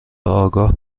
آگاه